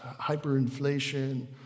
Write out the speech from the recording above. Hyperinflation